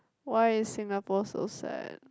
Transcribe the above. why is Singapore so sad